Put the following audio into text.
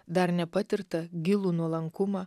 dar nepatirtą gilų nuolankumą